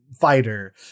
fighter